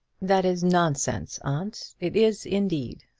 that is nonsense, aunt. it is indeed,